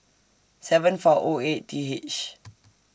seven four O eight T H